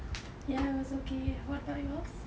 ya it was okay what about yours